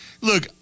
look